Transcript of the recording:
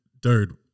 dude